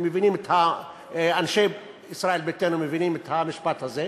אם אנשי ישראל ביתנו מבינים את המשפט הזה,